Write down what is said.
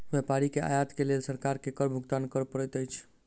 व्यापारी के आयत के लेल सरकार के कर भुगतान कर पड़ैत अछि